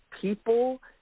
people